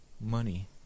money